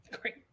Great